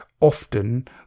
often